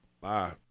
Bye